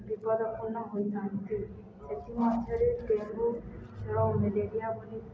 ବିପଦପୂର୍ଣ୍ଣ ହୋଇଥାନ୍ତି ସେଥିମଧ୍ୟରେ ଡେଙ୍ଗୁ ଜ୍ୱର ମେଲେରିଆ